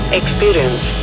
experience